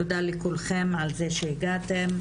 תודה לכולם על זה שהגעתם.